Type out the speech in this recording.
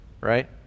Right